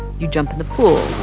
you jump in the pool,